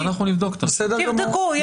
תבדקו,